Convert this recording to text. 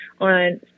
on